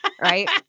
Right